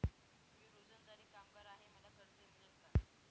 मी रोजंदारी कामगार आहे मला कर्ज मिळेल का?